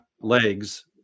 legs